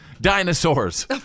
dinosaurs